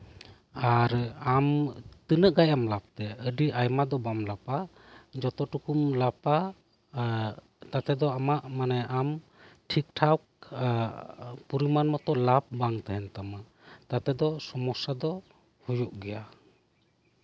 ᱟᱨ ᱟᱢ ᱛᱤᱱᱟᱹᱜ ᱜᱟᱱᱮᱢ ᱞᱟᱵᱷ ᱛᱮ ᱟᱹᱰᱤ ᱟᱭᱢᱟ ᱫᱚ ᱵᱟᱢ ᱞᱟᱵᱷᱼᱟ ᱡᱚᱛᱚ ᱴᱩᱠᱩᱢ ᱞᱟᱵᱷᱼᱟ ᱛᱟᱛᱮ ᱫᱚ ᱟᱢᱟᱜ ᱢᱟᱱᱮ ᱟᱢ ᱴᱷᱤᱠ ᱴᱷᱟᱠ ᱯᱚᱨᱤᱢᱟᱱ ᱢᱚᱛᱚ ᱞᱟᱵᱷ ᱵᱟᱝ ᱛᱟᱦᱮᱱ ᱛᱟᱢᱟ ᱛᱟᱛᱮ ᱫᱚ ᱥᱚᱢᱚᱥᱥᱟ ᱫᱚ ᱦᱩᱭᱩᱜ ᱜᱮᱭᱟ